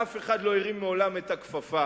אף אחד לא הרים מעולם את הכפפה,